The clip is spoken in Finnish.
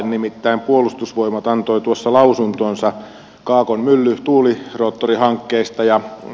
nimittäin puolustusvoimat antoi tuossa lausuntonsa kaakon tuuliroottorihankkeista